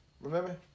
Remember